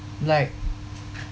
like